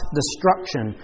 destruction